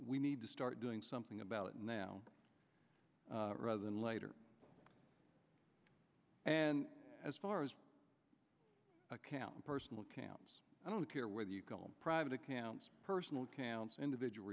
we need to start doing something about it now rather than later and as far as accounting personal accounts i don't care whether you call them private accounts personal counts individual